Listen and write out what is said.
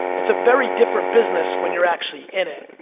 it's a very different business when you're actually in it.